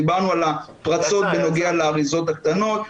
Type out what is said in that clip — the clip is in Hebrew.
דיברנו על הפרצות בנוגע לאריזות הקטנות.